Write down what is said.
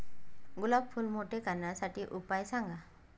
गुलाब फूल मोठे करण्यासाठी उपाय सांगा?